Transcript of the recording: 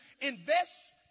invest